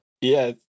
Yes